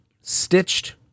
stitched